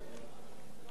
חברי הכנסת,